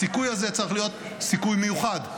הסיכוי הזה צריך להיות סיכוי מיוחד,